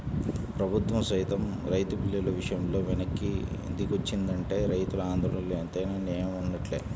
ప్రభుత్వం సైతం రైతు బిల్లుల విషయంలో వెనక్కి దిగొచ్చిందంటే రైతుల ఆందోళనలో ఎంతైనా నేయం వున్నట్లే